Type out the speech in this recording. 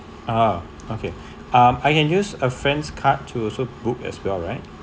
ah okay um I can use a friend's card to also book as well right